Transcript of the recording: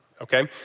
Okay